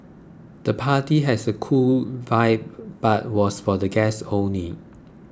the party has a cool vibe but was for guests only